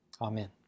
Amen